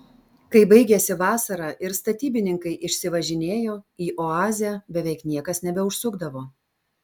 kai baigėsi vasara ir statybininkai išsivažinėjo į oazę beveik niekas nebeužsukdavo